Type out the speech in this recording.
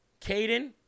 Caden